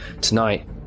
Tonight